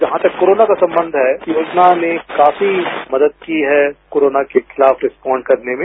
जहां तक कोरोना का संबंध है योजना ने काफी मदद की है कोरोना के खिलाफ रिस्पोंड करने में